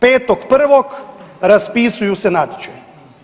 5.1. raspisuju se natječaji.